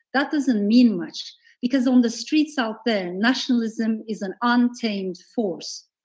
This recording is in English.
that doesn't mean much because on the streets out there, nationalism is an untamed force.